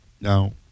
Now